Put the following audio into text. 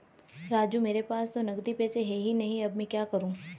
राजू मेरे पास तो नगदी पैसे है ही नहीं अब मैं क्या करूं